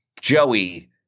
Joey